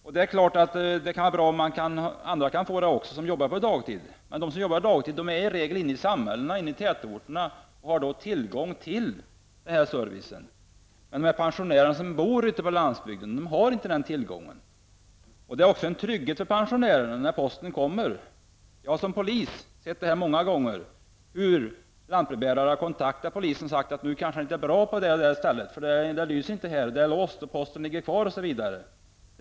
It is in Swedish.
Det är klart att det är bra om också andra som jobbar på dagtid kan få denna service. Men de som jobbar dagtid befinner sig i regel i något större samhälle, i någon tätort, och har därmed tillgång till sådan här service. Men pensionärer ute på landsbygden saknar den möjligheten. Vidare är det en trygghet för pensionärerna att postbilen kommer. Som polisman har jag många gånger varit med om att lantbrevbärare har kontaktat polisen och sagt att något kanske är galet. Lantbrevbäraren har talat om att det inte lyser, att dörren är låst, att posten ligger kvar osv. på ett visst ställe.